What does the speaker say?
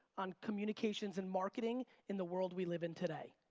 on communications and marketing, in the world we live in today.